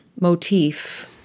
motif